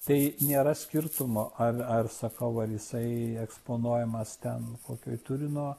tai nėra skirtumo ar ar sakau ar jisai eksponuojamas ten kokioj turino